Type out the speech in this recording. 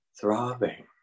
throbbing